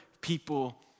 people